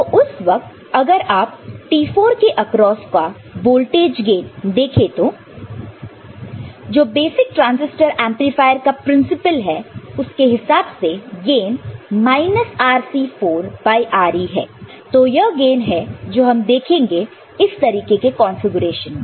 तो उस वक्त अगर आप T4 के अक्रोस का वोल्टेज गेन देखें तो जो बेसिक ट्रांजिस्टर एंपलीफायर का प्रिंसिपल है उसके हिसाब से गेन Rc4 बाय Re है तो यह गेन है जो हम देखेंगे इस तरीके के कॉन्फ़िगरेशन में